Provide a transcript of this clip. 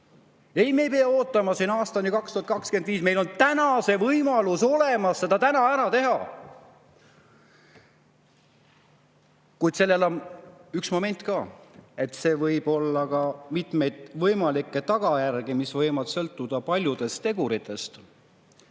Ei, me ei pea ootama siin aastani 2025, meil on täna see võimalus olemas, me saame täna selle ära teha. Kuid siin on üks moment: sellel võib olla mitmeid võimalikke tagajärgi, mis võivad sõltuda paljudest teguritest